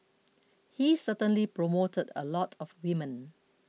he certainly promoted a lot of women